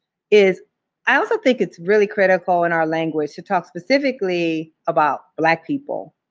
is i also think it's really critical in our language to talk specifically about black people,